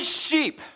sheep